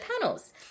panels